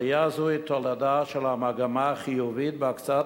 עלייה זו היא תולדה של המגמה החיובית בהקצאת